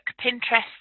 Pinterest